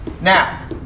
Now